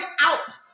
out